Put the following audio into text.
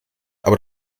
aber